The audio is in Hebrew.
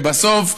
ובסוף,